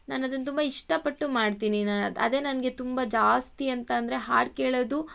ನಾನು ಅದನ್ನು ತುಂಬ ಇಷ್ಟಪಟ್ಟು ಮಾಡ್ತೀನಿ ನಾನದು ಅದೇ ನನಗೆ ತುಂಬ ಜಾಸ್ತಿ ಅಂತಂದರೆ ಹಾಡು ಕೇಳೋದು